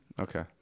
Okay